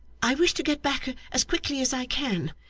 i wish to get back as quickly as i can,